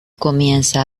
comienza